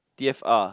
t_f_r